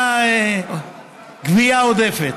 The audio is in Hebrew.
הייתה גבייה עודפת,